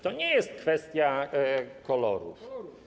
To nie jest kwestia kolorów.